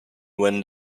when